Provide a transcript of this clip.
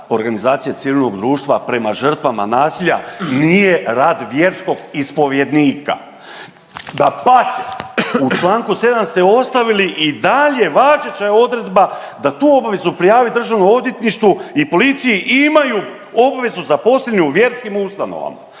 organizacija civilnog društva prema žrtvama nasilja nije rad vjerskog ispovjednika. Dapače, u čl. 7 ste ostavili i dalje važeća je odredba da tu obavezu prijavi DORH-u i imaju obvezu za .../Govornik se ne razumije./... vjerskim ustanovama.